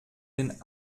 den